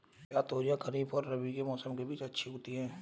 क्या तोरियां खरीफ और रबी के मौसम के बीच में अच्छी उगती हैं?